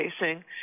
facing